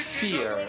fear